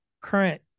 current